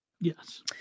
Yes